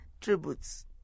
tributes